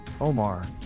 Omar